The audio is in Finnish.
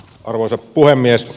arvoisa puhemies